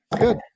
Good